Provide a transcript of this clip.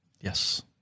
Yes